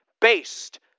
based